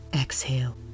exhale